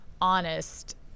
honest